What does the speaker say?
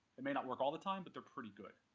it may not work all the time, but they're pretty good.